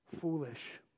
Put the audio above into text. foolish